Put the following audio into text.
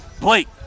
Blake